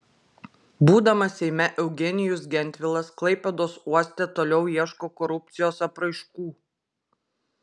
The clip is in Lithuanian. būdamas seime eugenijus gentvilas klaipėdos uoste toliau ieško korupcijos apraiškų